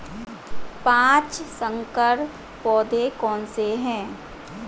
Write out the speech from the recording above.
पाँच संकर पौधे कौन से हैं?